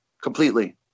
completely